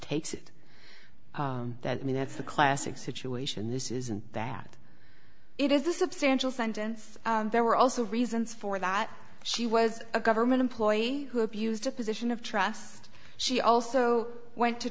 takes it that i mean that's the classic situation this is and that it is a substantial sentence there were also reasons for that she was a government employee who abused a position of trust she also went to